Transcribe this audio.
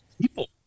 people